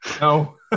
No